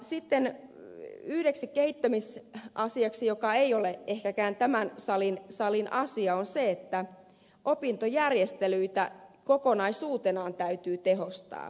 sitten yksi kehittämisasia joka ei ole ehkä tämän salin asia on se että opintojärjestelyitä kokonaisuutenaan täytyy tehostaa